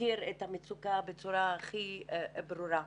מכיר את המצוקה בצורה הכי ברורה.